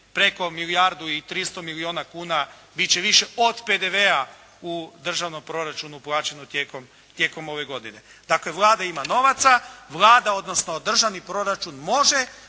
preko milijardu i 300 milijuna kuna bit će više od PDV-a u državnom proračunu plaćeno tijekom ove godine. Dakle, Vlada ima novaca, Vlada odnosno državni proračun može